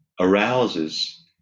arouses